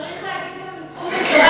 צריך להגיד גם לזכות השרה